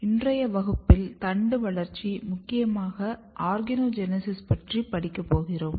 இன்றைய வகுப்பில் தண்டு வளர்ச்சி முக்கியமாக ஆர்கனோஜெனீசிஸ் பற்றி படிக்கப்போறோம்